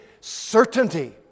certainty